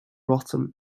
rotten